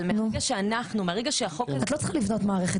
אבל מהרגע שהחוק הזה --- את לא צריכה לבנות מערכת,